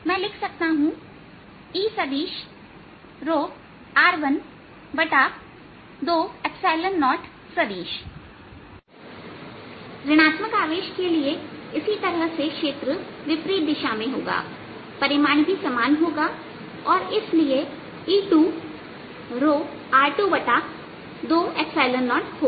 मैं लिख सकता हूं E सदिश r1 20सदिश ऋण आत्मक आवेश के लिए इसी तरह से क्षेत्र विपरीत दिशा में होगा परिमाण भी समान होगा और इसलिए E2 r2 20होगा